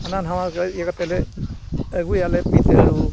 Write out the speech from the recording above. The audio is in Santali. ᱦᱟᱱᱟ ᱱᱚᱣᱟ ᱤᱭᱟᱹ ᱠᱟᱛᱮᱫ ᱞᱮ ᱟᱹᱜᱩᱭᱟᱞᱮ ᱤᱛᱟᱹᱲᱩ